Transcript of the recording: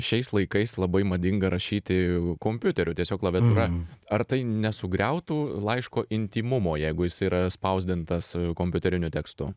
šiais laikais labai madinga rašyti kompiuteriu tiesiog klaviatūra ar tai nesugriautų laiško intymumo jeigu jisai yra spausdintas kompiuteriniu tekstu